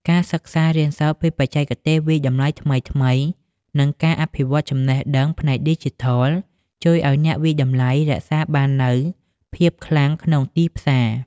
ការសិក្សារៀនសូត្រពីបច្ចេកទេសវាយតម្លៃថ្មីៗ និងការអភិវឌ្ឍចំណេះដឹងផ្នែកឌីជីថល ជួយឱ្យអ្នកវាយតម្លៃរក្សាបាននូវភាពខ្លាំងក្នុងទីផ្សារ។